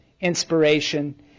inspiration